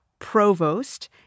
provost